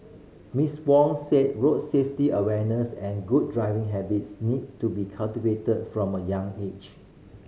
Miss Wong said road safety awareness and good driving habits need to be cultivated from a young age